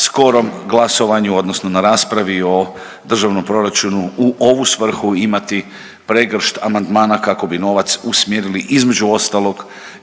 skorom glasovanju odnosno na raspravi o državnom proračunu u ovu svrhu imati pregršt amandmana kako bi novac usmjerili, između ostalog